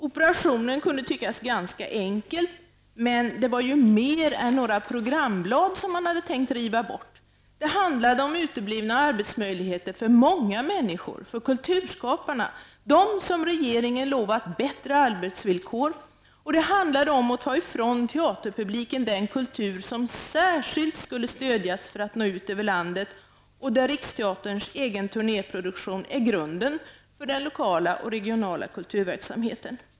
Operationen kunde tyckas gaska enkel, men det var ju mer än några programblad som man hade tänkt riva bort. Det handlade om uteblivna arbetsmöjligheter för många människor, för kulturskaparna, som regeringen hade lovat bättre arbetsvillkor, och det handlade om att ta ifrån teaterpubliken den kultur som särskilt skulle stödjas för att den skulle nå ut över landet och där Riksteaterns egen turnéproduktion är grunden för den lokala och regionala kulturverksamheten.